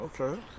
Okay